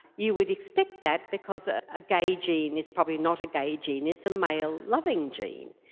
you would expect that because ah a gay gene is probably not a gay gene, it's a male loving gene.